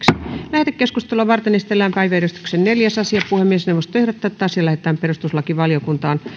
lähetekeskustelua varten esitellään päiväjärjestyksen neljäs asia puhemiesneuvosto ehdottaa että asia lähetetään perustuslakivaliokuntaan